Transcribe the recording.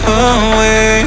away